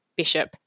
bishop